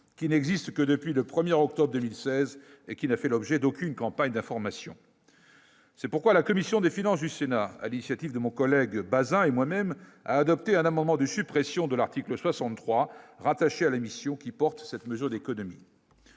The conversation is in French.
qui n'existe que depuis le 1er octobre 2016 et qui a fait l'objet d'aucune campagne d'information, c'est pourquoi la commission des finances du Sénat à l'initiative de mon collègue Bazin et moi-même, a adopté un amendement de suppression de l'article 63 rattaché à l'émission qui porte cette mesure d'économie,